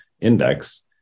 index